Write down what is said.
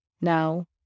Now